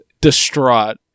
distraught